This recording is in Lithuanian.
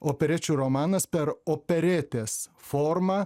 operečių romanas per operetės formą